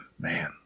Man